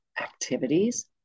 activities